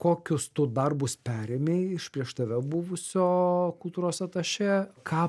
kokius tu darbus perėmei iš prieš tave buvusio kultūros atašė ką